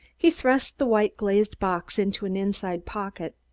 he thrust the white glazed box into an inside pocket.